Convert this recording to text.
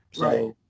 right